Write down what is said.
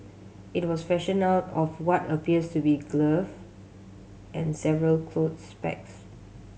it was fashioned out of what appears to be glove and several clothes pegs